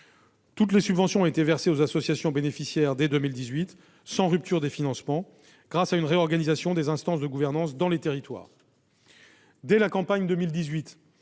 Toutes les subventions ont été versées aux associations bénéficiaires dès 2018, sans rupture de financement, grâce à une réorganisation des instances de gouvernance dans les territoires. Dès la campagne 2018,